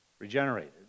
regenerated